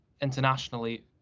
internationally